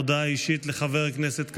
הודעה אישית לחבר הכנסת כסיף.